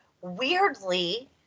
weirdly